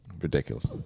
Ridiculous